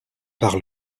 par